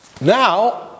Now